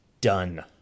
done